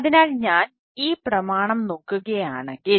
അതിനാൽ ഞാൻ ഈ പ്രമാണം നോക്കുകയാണെങ്കിൽ